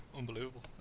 Unbelievable